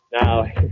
Now